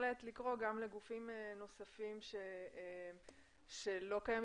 בהחלט צריך לקרוא גם לגופים נוספים שלא קיימים